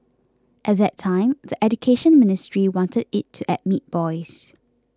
at that time the Education Ministry wanted it to admit boys